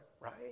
right